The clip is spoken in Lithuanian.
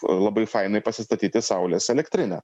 labai fainai pasistatyti saulės elektrinę